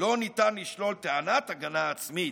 שלא ניתן לשלול טענת הגנה עצמית.